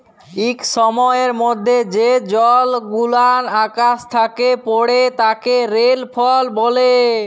ইক সময়ের মধ্যে যে জলগুলান আকাশ থ্যাকে পড়ে তাকে রেলফল ব্যলে